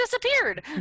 disappeared